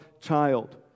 child